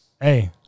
hey